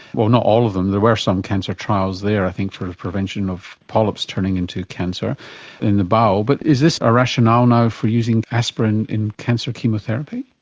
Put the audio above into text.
well not all of them, there were some cancer trials there i think for the prevention of polyps turning into cancer in the bowel. but is this a rationale now for using aspirin in cancer chemotherapy?